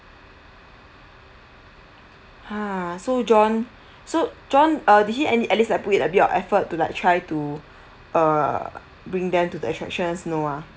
ha so john so john uh did he any at least put it a bit of effort to like try to err bring them to the attraction no ah